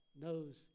knows